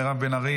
מירב בן ארי,